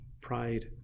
pride